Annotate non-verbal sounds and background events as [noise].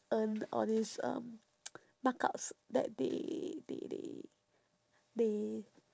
earn all these um [noise] markups that they they they they